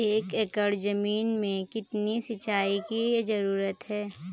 एक एकड़ ज़मीन में कितनी सिंचाई की ज़रुरत होती है?